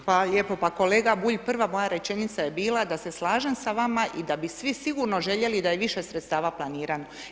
Hvala lijepa, pa kolega Bulj prva moja rečenica je bila da se slažem sa vama i da bi svi sigurno željeli da je više sredstava planirano.